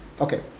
Okay